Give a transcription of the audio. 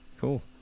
cool